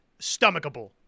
stomachable